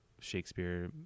shakespeare